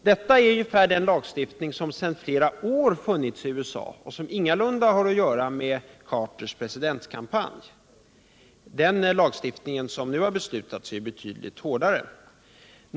Detta är ungefär den lagstiftning som sedan flera år funnits i USA och som ingalunda har att göra med Carters presidentkampanj. Den lagstiftning som nu har beslutats är ju betydligt hårdare.